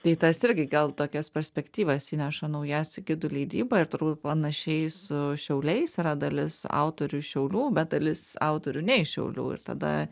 tai tas irgi gal tokias perspektyvas įneša naujas į gidų leidybą ir turbūt panašiai su šiauliais yra dalis autorių iš šiaulių bet dalis autorių ne iš šiaulių ir tada